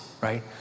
right